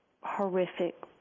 horrific